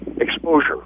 exposure